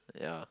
yeah